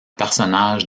personnage